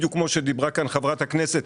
בדיוק כמו שדיברה פה חברת הכנסת,